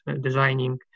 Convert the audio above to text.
designing